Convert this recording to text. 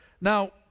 Now